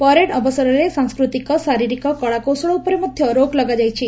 parade ଅବସରରେ ସାଂସ୍କୃତିକ ଶାରୀରିକ କଳାକୌଶଳ ଉପରେ ମଧ୍ଧ ରୋକ୍ ଲଗାଯାଇଛି